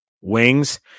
wings